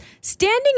standing